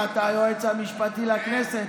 מה, אתה היועץ המשפטי לכנסת?